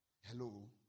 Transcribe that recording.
Hello